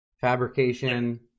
fabrication